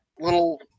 little